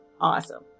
awesome